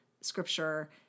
scripture